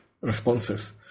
responses